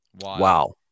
Wow